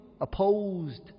opposed